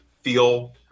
feel